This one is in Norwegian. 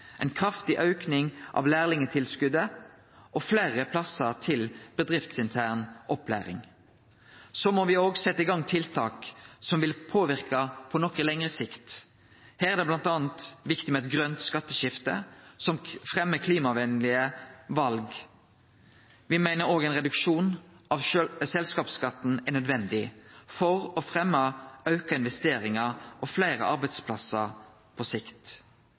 ein kraftig auke av lærlingstilskotet og fleire plassar til bedriftsintern opplæring. Så må me òg setje i gang tiltak som vil påverke på noko lengre sikt. Her er det bl.a. viktig med eit grønt skatteskifte som fremjar klimavennlege val. Me meiner òg ein reduksjon i selskapsskatten er nødvendig for å fremje auka investeringar og fleire arbeidsplassar på sikt.